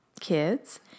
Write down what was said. kids